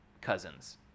cousins